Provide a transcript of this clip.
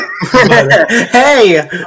Hey